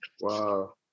Wow